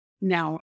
now